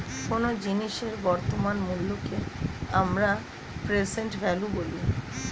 কোনো জিনিসের বর্তমান মূল্যকে আমরা প্রেসেন্ট ভ্যালু বলি